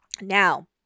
Now